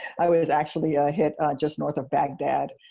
i was actually ah hit just north of baghdad,